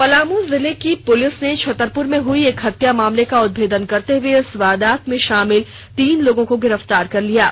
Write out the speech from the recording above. पलामू जिले की पुलिस ने छतरपुर में हुई एक हत्या मामले का उदभेदन करते हुए इस वारदात में शामिल तीन लोगों को गिरफ्तार कर लिया है